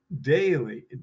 daily